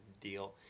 deal